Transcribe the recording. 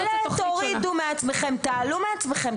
אל תורידו מעצמכם, תעלו לעצמכם.